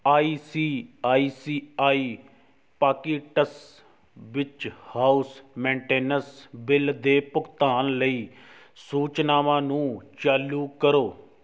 I C I C I pockets ਵਿੱਚ house maintenance bill ਦੇ ਭੁਗਤਾਨ ਲਈ ਸੂਚਨਾਵਾਂ ਨੂੰ ਚਾਲੂ ਕਰੋ